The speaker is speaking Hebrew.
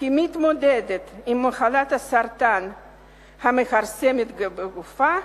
היא מתמודדת עם מחלת הסרטן המכרסמת בגופה.